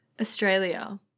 Australia